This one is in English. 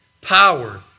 power